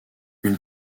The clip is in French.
une